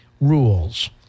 rules